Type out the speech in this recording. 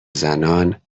زنان